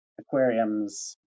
aquariums